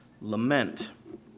lament